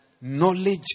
Knowledge